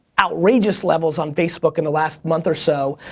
outrageous levels on facebook in the last month or so.